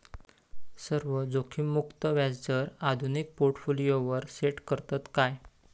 सर्व जोखीममुक्त व्याजदर आधुनिक पोर्टफोलियोवर सेट करतत काय?